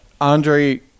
Andre